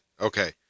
Okay